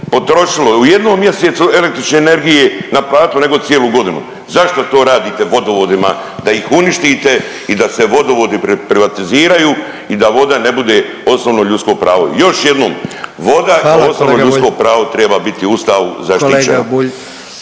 potrošilo u jednom mjesecu električne energije naplatilo nego cijelu godinu. Zašto to radite vodovodima, da ih uništite i da se vodovodi privatiziraju i da voda ne bude osnovno ljudsko pravo? I još jednom, voda kao…/Upadica predsjednik: Hvala kolega